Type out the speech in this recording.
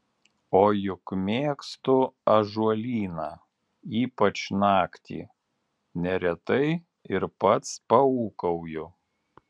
o juk mėgstu ąžuolyną ypač naktį neretai ir pats paūkauju